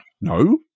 No